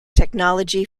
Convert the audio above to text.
technology